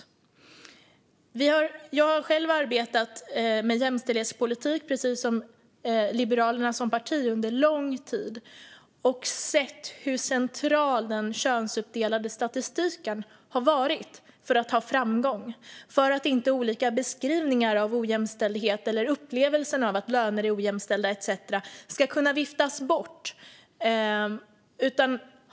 Jag har själv, precis som Liberalerna som parti, arbetat med jämställdhetspolitik under lång tid och sett hur central den könsuppdelade statistiken har varit för att nå framgång - för att inte olika beskrivningar av bristande jämställdhet eller upplevelsen av att löner är ojämställda etcetera ska kunna viftas bort.